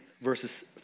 verses